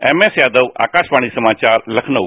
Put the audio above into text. MS Yadav Akashvani समाचार लखनऊ